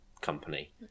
company